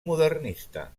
modernista